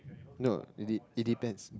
no it de~ it depends